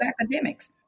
academics